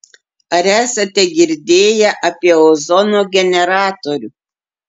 ar esate girdėję apie ozono generatorių